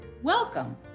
Welcome